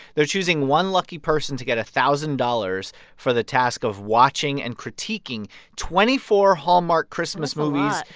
they're choosing one lucky person to get a thousand dollars for the task of watching and critiquing twenty four hallmark christmas movies.